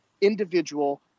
individual